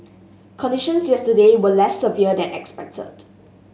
conditions yesterday were less severe than expected